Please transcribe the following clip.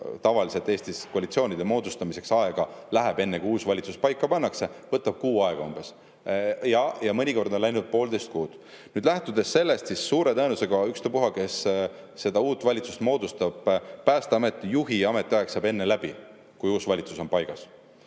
tavaliselt Eestis koalitsiooni moodustamiseks aega läheb, enne kui uus valitsus paika pannakse, siis võtab see kuu aega umbes ja mõnikord on läinud poolteist kuud. Lähtudes sellest, siis suure tõenäosusega – ükspuha, kes uue valitsuse moodustab – Päästeameti juhi ametiaeg saab enne läbi, kui uus valitsus on paigas.